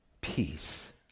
peace